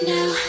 Now